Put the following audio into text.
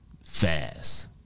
fast